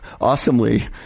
awesomely